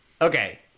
Okay